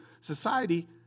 society